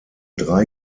drei